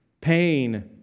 pain